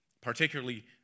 particularly